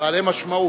בעלי משמעות.